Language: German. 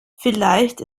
vielleicht